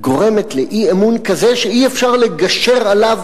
גורמת לאי-אמון כזה שאי-אפשר לגשר עליו